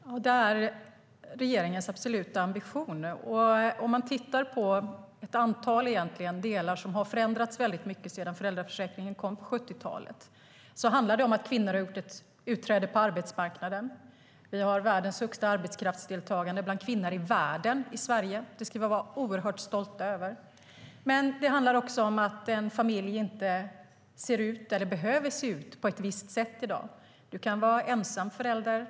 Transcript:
Fru talman! Det är regeringens absoluta ambition. Man kan titta på ett antal delar som har förändrats väldigt mycket sedan föräldraförsäkringen kom på 70-talet. Det handlar om att kvinnor har trätt ut på arbetsmarknaden. Vi har i Sverige världens högsta arbetskraftsdeltagande bland kvinnor. Det ska vi vara oerhört stolta över. Men det handlar också om att en familj inte ser ut eller behöver se ut på ett visst sätt i dag. Du kan vara ensam förälder.